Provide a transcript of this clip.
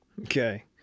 Okay